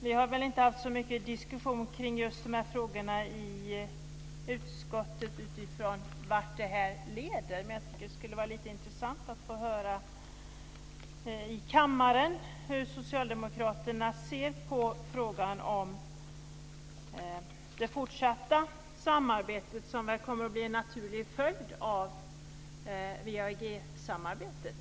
Vi har inte haft så mycket diskussion kring dessa frågor i utskottet utifrån vart det leder. Jag tycker att det skulle vara lite intressant att i kammaren få höra hur socialdemokraterna ser på frågan om det fortsatta samarbete som kommer att bli en naturlig följd av WEAG-samarbetet.